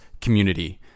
community